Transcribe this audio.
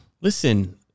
Listen